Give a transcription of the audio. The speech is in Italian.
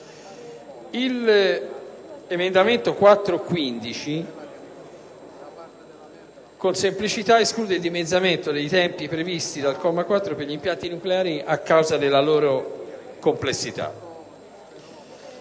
L'emendamento 4.15 con semplicità esclude il dimezzamento dei tempi previsti dal comma 4 per gli impianti nucleari a causa della loro complessità.